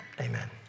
amen